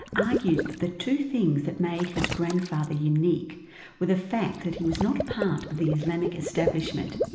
argues that the two things that made his grandfather unique were the fact that he was not part of the islamic establishment,